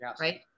right